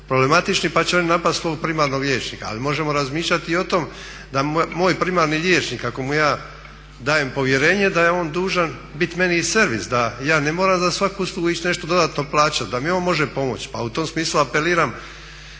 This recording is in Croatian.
problematični pa će oni napasti svog primarnog liječnika. Ali možemo razmišljati i o tome da moj primarni liječnik ako mu ja dajem povjerenje da je on dužan biti meni i servis, da ja ne moram za svaku uslugu nešto dodatno plaćati da mi on može pomoći. Pa u tom smislu apeliram